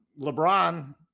LeBron